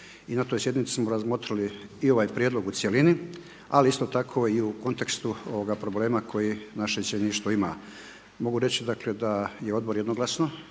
i na toj sjednici smo razmotrili i ovaj prijedlog u cjelini ali isto tako i u kontekstu ovoga problema koji naše iseljeništvo ima. Mogu reći dakle da je odbor jednoglasno